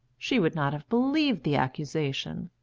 she would not have believed the accusation.